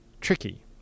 tricky